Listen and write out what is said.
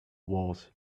wars